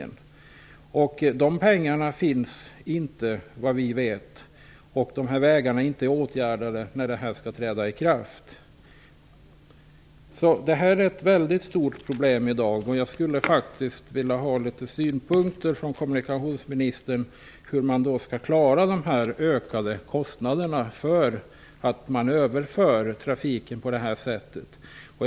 Efter vad vi vet finns inte de pengarna. Vägarna kommer inte heller att vara åtgärdade när förslaget skall träda i kraft. Detta är ett stort problem i dag. Därför skulle jag vilja få några synpunkter från kommunikationsministern på hur de ökade kostnaderna för att man överför trafiken på detta sätt skall klaras.